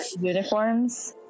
uniforms